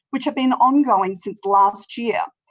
which have been ongoing since last year?